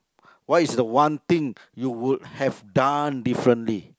what is the one thing you would have done differently